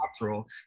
natural